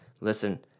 Listen